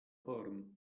porn